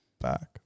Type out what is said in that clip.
back